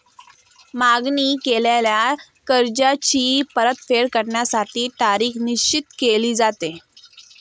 मागणी केलेल्या कर्जाची परतफेड करण्यासाठी तारीख निश्चित केली जाते